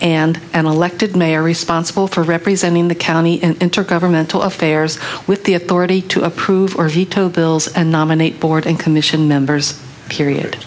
and an elected mayor responsible for representing the county and intergovernmental affairs with the authority to approve or veto bills and nominate board and commission members period